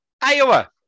Iowa